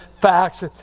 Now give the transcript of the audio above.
facts